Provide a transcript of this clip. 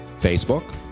Facebook